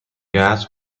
gas